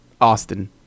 Austin